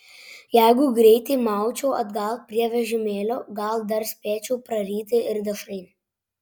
jeigu greitai maučiau atgal prie vežimėlio gal dar spėčiau praryti ir dešrainį